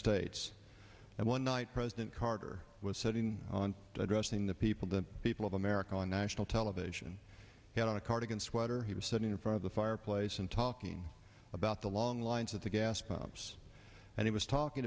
states and one night president carter was sitting on addressing the people the people of america on national television had on a cardigan sweater he was sitting in front of the fireplace and talking about the long lines at the gas pumps and he was talking